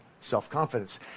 self-confidence